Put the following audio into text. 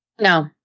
No